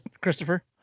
Christopher